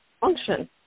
function